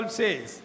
says